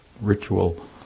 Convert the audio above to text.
ritual